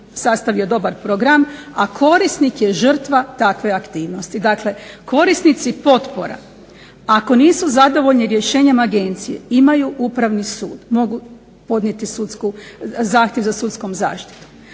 sastavio dobar program, a korisnik je žrtva takve aktivnosti. Dakle, korisnici potpora ako nisu zadovoljni rješenjem agencije imaju Upravni sud, mogu podnijeti zahtjev za sudskom zaštitom.